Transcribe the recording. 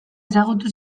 ezagutu